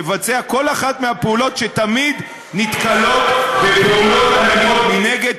לבצע כל אחת מהפעולות שתמיד נתקלות בפעילות אלימות מנגד,